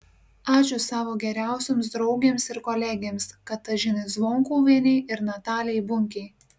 ačiū savo geriausioms draugėms ir kolegėms katažinai zvonkuvienei ir natalijai bunkei